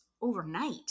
overnight